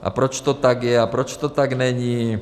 A proč to tak je a proč to tak není.